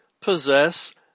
possess